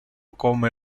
come